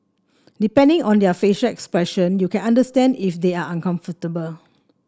depending on their facial expression you can understand if they are uncomfortable